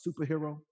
superhero